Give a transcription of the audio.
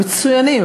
הם מצוינים,